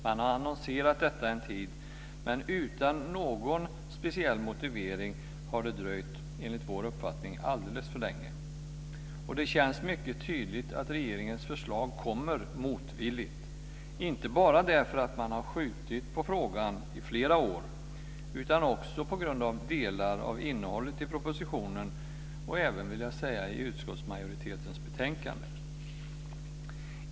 Man har annonserat detta en tid, men utan någon speciell motivering har det enligt vår uppfattning dröjt alldeles för länge. Det känns mycket tydligt att regeringens förslag kommer motvilligt - inte bara därför att man har skjutit på frågan i flera år, utan också på grund av delar av innehållet i propositionen och även, vill jag säga, i utskottsmajoritetens betänkande.